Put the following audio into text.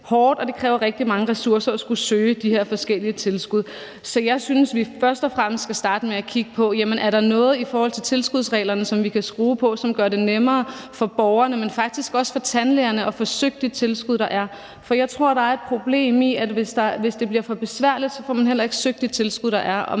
hårdt og kræver rigtig mange ressourcer at skulle søge de her forskellige tilskud. Så jeg synes, at vi først og fremmest skal starte med at kigge på, om der er noget i forhold til tilskudsreglerne, som vi kan skrue på, og som gør det nemmere for borgerne, men faktisk også for tandlægerne at få søgt de tilskud, der er, for jeg tror, der er et problem i, at hvis det bliver for besværligt, får man heller ikke søgt de tilskud, der er, og